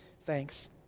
thanks